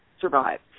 survive